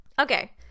Okay